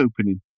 opening